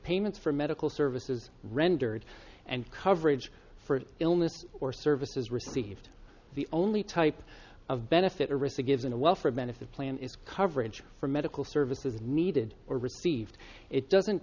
payments for medical services rendered and coverage for illness or services received the only type of benefit arista gives in a welfare benefit plan is coverage for medical services needed or received it doesn't